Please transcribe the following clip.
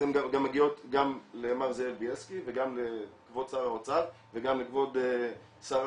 אז הן מגיעות גם למר זאב ביילסקי וגם לכבוד שר האוצר וגם לכבוד שר